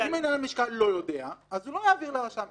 אם מנהל הלשכה לא יודע, אז הוא לא מעביר לרשם.